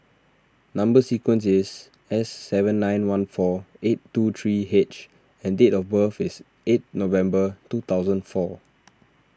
Number Sequence is S seven nine one four eight two three H and date of birth is eight November two thousand and four